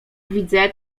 widzę